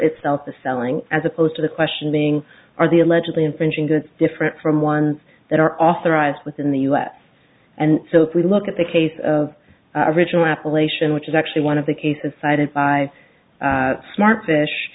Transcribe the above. itself the selling as opposed to the questioning are the allegedly infringing that's different from ones that are authorized within the us and so if we look at the case of original appellation which is actually one of the cases cited by smart fish